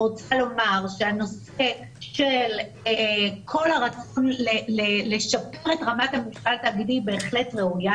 אני רוצה לומר שהנושא של הרצון לשפר את רמת --- התאגידי בהחלט ראוי.